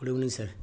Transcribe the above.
good evening sir